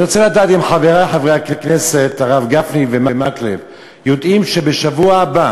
אני רוצה לדעת אם חברי חברי הכנסת הרב גפני ומקלב יודעים שבשבוע הבא